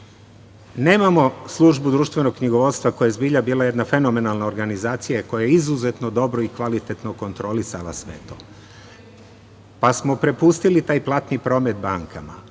Nemamo službu društvenog knjigovodstva koja je zbilja bila jedna fenomenalna organizacija koja je izuzetno dobro i kvalitetno kontrolisala sve to. Pa smo prepustili taj platni promet bankama,